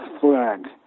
flag